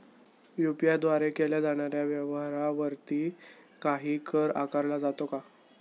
UPI द्वारे केल्या जाणाऱ्या व्यवहारावरती काही कर आकारला जातो का?